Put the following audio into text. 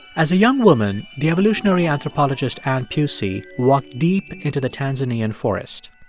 as a young woman, the evolutionary anthropologist anne pusey walked deep into the tanzanian forest.